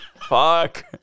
Fuck